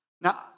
Now